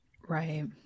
Right